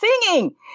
singing